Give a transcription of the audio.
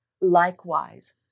Likewise